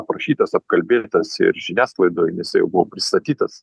aprašytas apkalbėtas ir žiniasklaidoj jisai jau buvo pristatytas